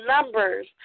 numbers